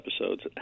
episodes